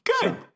Good